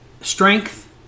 Strength